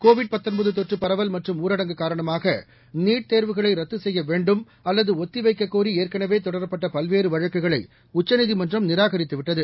Covid தொற்றுப் பரவல் மற்றும் ஊரடங்கு காரணமாக நீட் தேர்வுகளை ரத்து செய்ய வேண்டும் அல்லது ஒத்தி வைக்கக் கோரி ஏற்கனவே தொடரப்பட்ட பல்வேறு வழக்குகளை உச்சநீதிமன்றம் நிராகரித்து விட்டது